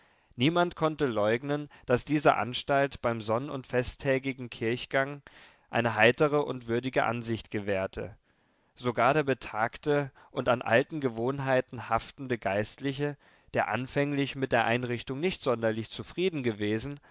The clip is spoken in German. niemand konnte leugnen daß diese anstalt beim sonn und festtägigen kirchgang eine heitere und würdige ansicht gewährte sogar der betagte und an alten gewohnheiten haftende geistliche der anfänglich mit der einrichtung nicht sonderlich zufrieden gewesen